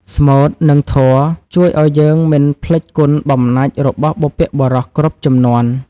ស្មូត និងធម៌ជួយឱ្យយើងមិនភ្លេចគុណបំណាច់របស់បុព្វបុរសគ្រប់ជំនាន់។